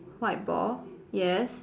white ball yes